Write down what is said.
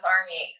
Army